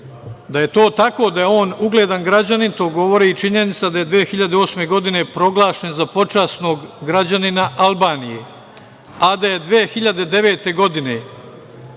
Da je to tako, da je on ugledan građanin, govori činjenica je 2008. godine proglašen za počasnog građanina Albanije, a da je 2009. godine